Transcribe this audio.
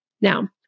Now